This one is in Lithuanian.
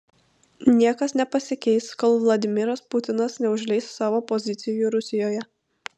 niekas nepasikeis kol vladimiras putinas neužleis savo pozicijų rusijoje